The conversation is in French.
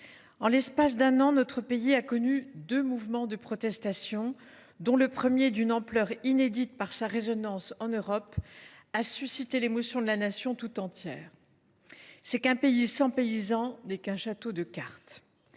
en l’espace d’un an, notre pays a connu deux mouvements de protestation, dont le premier, d’une ampleur inédite par sa résonance en Europe, a suscité l’émotion de la Nation tout entière. C’est qu’un pays sans paysans n’est qu’un château de cartes.